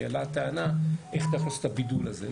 עולה הטענה איך אתה יכול לעשות את הבידול הזה.